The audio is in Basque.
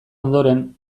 ondoren